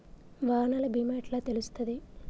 వాహనాల బీమా ఎట్ల తెలుస్తది?